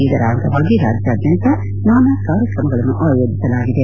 ಇದರ ಅಂಗವಾಗಿ ರಾಜ್ಯಾದ್ಬಂತ ನಾನಾ ಕಾರ್ಯಕ್ರಮಗಳನ್ನು ಆಯೋಜಿಸಲಾಗಿದೆ